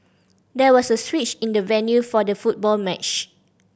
there was a switch in the venue for the football match